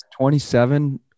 27